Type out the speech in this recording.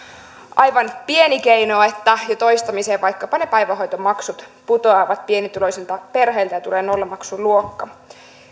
aivan pieni keino että jo toistamiseen ne päivähoitomaksut putoavat pienituloisilta perheiltä ja tulee nollamaksuluokka